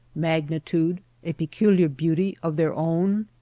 magnitude a peculiar beauty of their own?